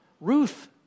Ruth